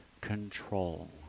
control